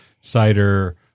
cider